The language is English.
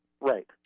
Right